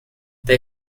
they